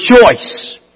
choice